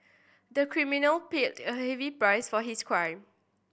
the criminal paid a heavy price for his crime